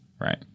Right